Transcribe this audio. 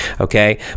okay